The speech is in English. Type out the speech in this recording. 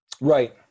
right